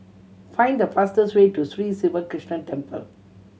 find the fastest way to Sri Siva Krishna Temple